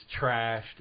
trashed